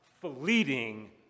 fleeting